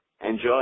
Enjoy